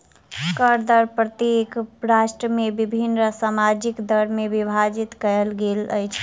कर दर प्रत्येक राष्ट्र में विभिन्न सामाजिक दर में विभाजित कयल गेल अछि